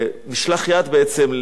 לאנשים רבים,